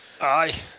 Aye